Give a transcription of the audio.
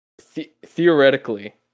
theoretically